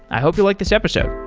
i hope you like this episode